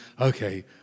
Okay